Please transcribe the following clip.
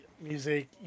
music